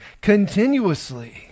Continuously